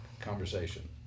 conversation